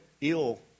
ill